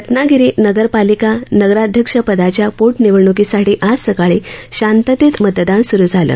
रत्नागिरी नगरपालिका नगराध्यक्षपदाच्या पोटनिवडण्कीसाठी आज सकाळी शांततेत मतदान सुरू झालं